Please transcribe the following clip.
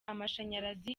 amashanyarazi